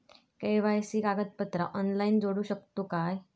KYC कागदपत्रा online जोडू शकतू का?